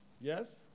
Yes